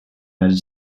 united